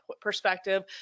perspective